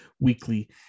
weekly